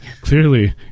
Clearly